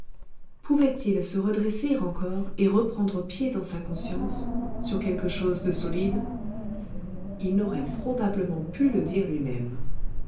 pouvait-il se redresser encore et reprendre pied dans sa conscience sur quelque chose de solide il n'aurait probablement pu le dire lui-même